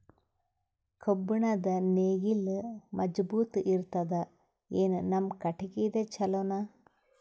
ಕಬ್ಬುಣದ್ ನೇಗಿಲ್ ಮಜಬೂತ ಇರತದಾ, ಏನ ನಮ್ಮ ಕಟಗಿದೇ ಚಲೋನಾ?